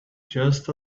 just